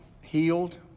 healed